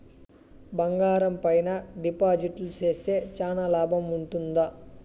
బంగారం పైన డిపాజిట్లు సేస్తే చానా లాభం ఉంటుందా?